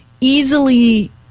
easily